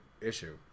issue